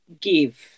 give